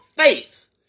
faith